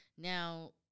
Now